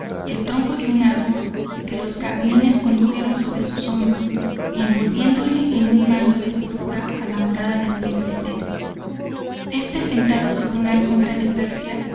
el tronco de un árbol que los bracmines condujeron sobre sus hombros y envolviéndole en un manto de púrpura a la morada del príncipe este sentado sobre una alfombra de persia